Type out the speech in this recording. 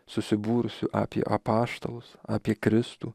susibūrusių apie apaštalus apie kristų